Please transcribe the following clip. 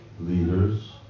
leaders